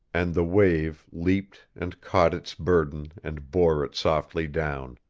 and the wave leaped and caught its burden and bore it softly down.